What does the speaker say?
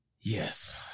yes